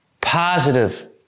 positive